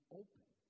open